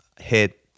hit